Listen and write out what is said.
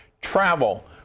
travel